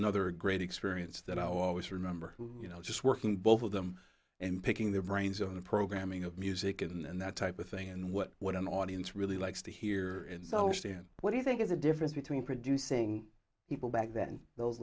another great experience that i always remember you know just working both of them and picking their brains on the programming of music and that type of thing and what what an audience really likes to hear and so stan what do you think is the difference between producing people back then those